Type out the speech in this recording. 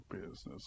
business